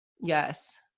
yes